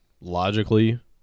logically